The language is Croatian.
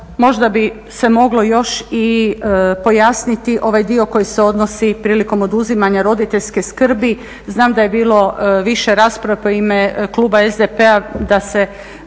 možda bi se moglo još i pojasniti ovaj dio koji se odnosi prilikom oduzimanja roditeljske skrbi, znam da je bilo više rasprava u ime kluba SDP-a da se